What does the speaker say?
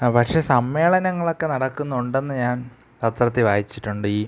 പക്ഷേ സമ്മേളനങ്ങളൊക്കെ നടക്കുന്നുണ്ടെന്ന് ഞാൻ പത്രത്തിൽ വായിച്ചിട്ടുണ്ട് ഈ